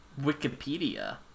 Wikipedia